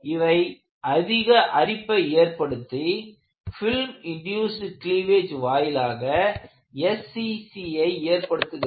இவை அதிக அரிப்பை ஏற்படுத்தி பிலிம் இன்ட்யூஸ்ட் கிளீவேஜ் வாயிலாக SCC ஐ ஏற்படுத்துகிறது